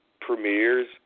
premieres